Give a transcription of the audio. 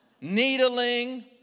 needling